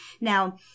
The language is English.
Now